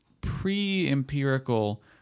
pre-empirical